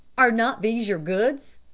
are not these your goods?